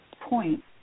point